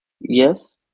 yes